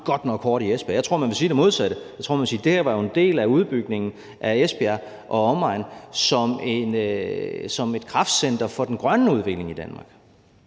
godt nok hårdt i Esbjerg. Jeg tror, man vil sige det modsatte. Jeg tror, man vil sige, at det her jo var en del af udbygningen af Esbjerg og omegn som et kraftcenter for den grønne udvikling i Danmark.